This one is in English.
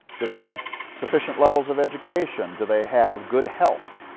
do they have sufficient levels of education? do they have good health?